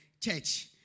church